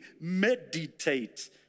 meditate